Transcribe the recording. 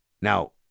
Now